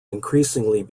increasingly